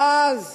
ואז